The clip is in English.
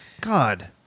God